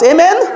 Amen